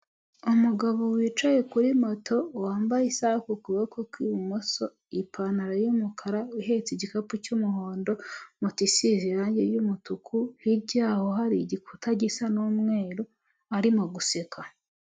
Umugabo wicaye kuri moto, wambaye isaha ku kuboko kw'ibumoso, ipantaro y'umukara, uhetse igikapu cy'umuhondo, moto isize irangi ry'umutuku, hirya yaho hari igikuta gisa n'umweru, arimo guseka.